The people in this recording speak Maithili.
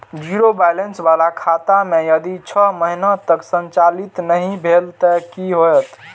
जीरो बैलेंस बाला खाता में यदि छः महीना तक संचालित नहीं भेल ते कि होयत?